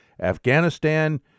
Afghanistan